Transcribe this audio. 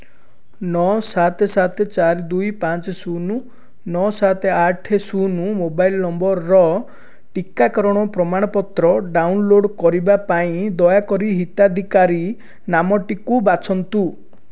ନଅ ସାତ ସାତ ଚାରି ଦୁଇ ପାଞ୍ଚ ଶୂନ ନଅ ସାତ ଆଠ ଶୂନ ମୋବାଇଲ ନମ୍ବରର ଟିକାକରଣ ପ୍ରମାଣପତ୍ର ଡାଉନଲୋଡ଼୍ କରିବା ପାଇଁ ଦୟାକରି ହିତାଧିକାରୀ ନାମଟିକୁ ବାଛନ୍ତୁ